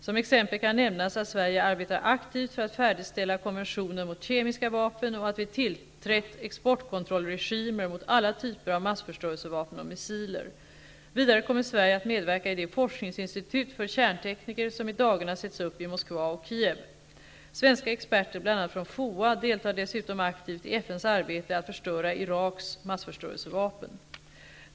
Som exempel kan nämnas att Sverige arbetar aktivt för att färdigställa konventionen mot kemiska vapen och att vi tillträtt exportkontrollregimer mot alla typer av massförstörelsevapen och missiler. Vidare kommer Sverige att medverka i de forskningsinstitut för kärntekniker som i dagarna sätts upp i Moskva och Kiev. Svenska experter, bl.a. från FOA, deltar dessutom aktivt i FN:s arbete att förstöra Iraks massförstörelsevapen.